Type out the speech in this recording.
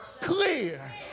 clear